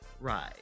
ride